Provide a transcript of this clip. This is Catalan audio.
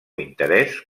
interès